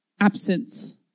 Absence